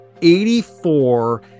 84